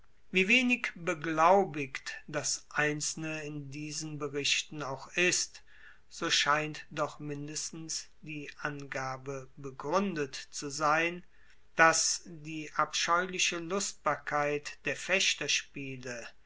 wie wenig beglaubigt das einzelne in diesen berichten auch ist so scheint doch mindestens die angabe begruendet zu sein dass die abscheuliche lustbarkeit der